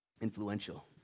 influential